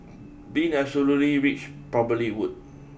being absolutely rich probably would